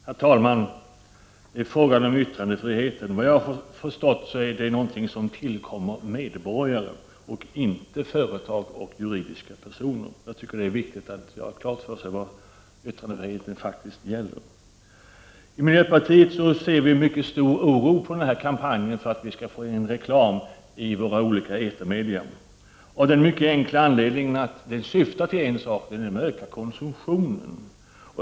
Herr talman! Såvitt jag har förstått är yttrandefriheten någonting som tillkommer medborgaren och inte företag och juridiska personer. Det är viktigt att göra klart för sig vad yttrandefriheten faktiskt innebär. Vii miljöpartiet ser med mycket stor oro på den här kampanjen för reklam i olika etermedia av den enkla anledningen att denna kampanj syftar till en sak, nämligen att öka konsumtionen.